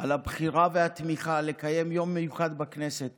על הבחירה והתמיכה, לקיים יום מיוחד בכנסת